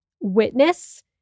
witness